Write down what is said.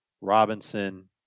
Robinson